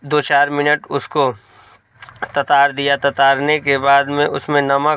दो चार मिनट उसको ततार दिया ततारने के बाद में उसमें नमक